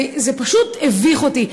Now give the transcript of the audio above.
זה פשוט הביך אותי.